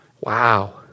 Wow